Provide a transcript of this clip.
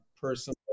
personal